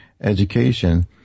education